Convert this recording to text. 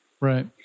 Right